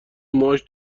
ماچ